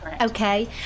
Okay